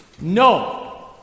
No